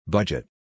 Budget